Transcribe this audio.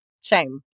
shame